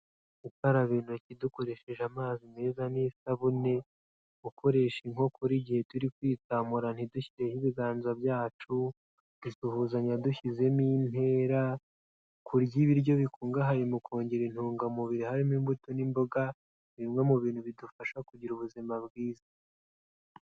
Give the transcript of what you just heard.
Gukaraba intoki dukoresheje amazi meza n'isabune, gukoresha inkokora igihe turi kwitsamura ntidushyireho ibiganza byacu, gusuhuzanya dushyizemo intera, kurya ibiryo bikungahaye mu kongera intungamubiri harimo imbuto n'imboga ni bimwe mu bintu bidufasha kugira ubuzima bwiza.